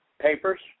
papers